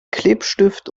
klebestift